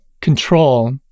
control